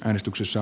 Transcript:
äänestyksessä